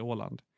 Åland